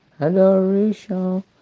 Adoration